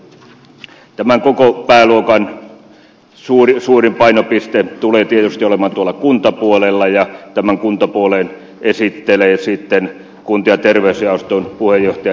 tämän koko pääluokan suurin painopiste tulee tietysti olemaan kuntapuolella ja kuntapuolen esittelee kunta ja terveysjaoston puheenjohtaja ed